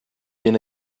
been